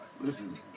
Listen